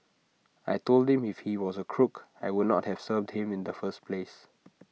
I Told him if he was A crook I would not have served him in the first place